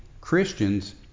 Christians